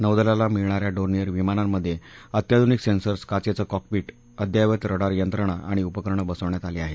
नौदलाला मिळणाऱ्या डोर्नियर विमानांमध्ये अत्याधुनिक सेंसर्स काचेचं कॉकपिठ् अद्ययावत रडार यंत्रणा आणि उपकरणं बसवण्यात आली आहेत